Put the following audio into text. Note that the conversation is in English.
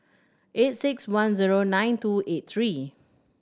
eight six one zero nine two eight three